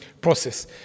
process